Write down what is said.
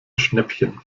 schnäppchen